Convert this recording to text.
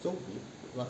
so